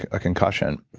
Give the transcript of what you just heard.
a concussion.